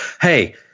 hey